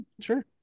sure